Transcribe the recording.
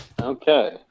okay